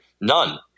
None